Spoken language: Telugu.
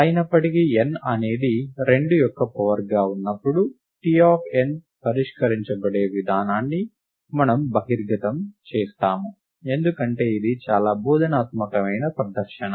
అయినప్పటికీ n అనేది 2 యొక్క పవర్ గా ఉన్నప్పుడు T ఆఫ్ n పరిష్కరించబడే విధానాన్ని మనము బహిర్గతం చేస్తాము ఎందుకంటే ఇది చాలా బోధనాత్మకమైన ప్రదర్శన